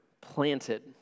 planted